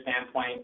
standpoint